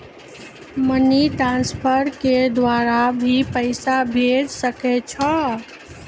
Money transfer के द्वारा भी पैसा भेजै सकै छौ?